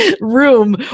room